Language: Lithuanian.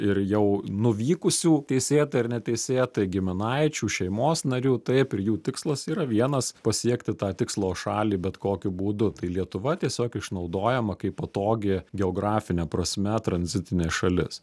ir jau nuvykusių teisėtai ar neteisėtai giminaičių šeimos narių taip ir jų tikslas yra vienas pasiekti tą tikslo šalį bet kokiu būdu tai lietuva tiesiog išnaudojama kaip patogi geografine prasme tranzitinė šalis